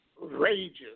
rages